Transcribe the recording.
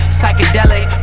psychedelic